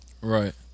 Right